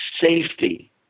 safety